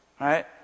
right